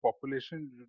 population